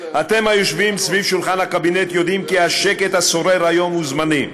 אתם היושבים סביב שולחן הקבינט יודעים כי השקט השורר היום הוא זמני.